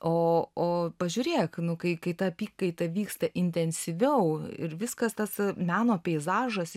oo pažiūrėk nu kai kai ta apykaita vyksta intensyviau ir viskas tas meno peizažas